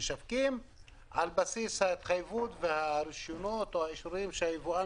משווקים על בסיס התחייבות והאישורים שהיבואן